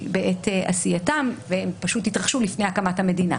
בעת עשייתם והם פשוט התרחשו לפני הקמת המדינה.